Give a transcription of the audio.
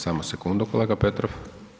Samo sekundu kolega Petrov.